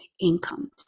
income